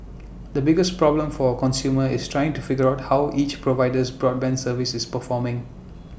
the biggest problem for A consumer is trying to figure out how each provider's broadband service is performing